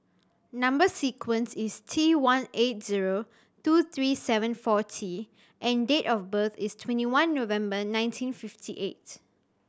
number sequence is T one eight zero two three seven four T and date of birth is twenty one November nineteen fifty eight